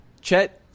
Chet